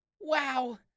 Wow